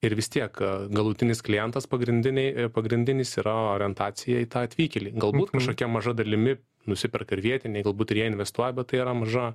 ir vis tiek a galutinis klientas pagrindiniai pagrindinis yra orientacija į tą atvykėlį galbūt kažkokia maža dalimi nusiperka ir vietiniai galbūt ir jie investuoja bet tai yra maža